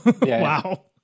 wow